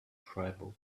tribal